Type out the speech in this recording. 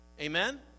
Amen